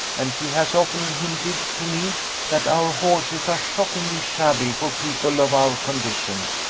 and she has often hinted to me that our horses are shockingly shabby for people of our condition.